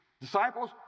disciples